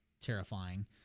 terrifying